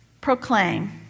Proclaim